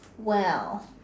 well